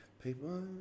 People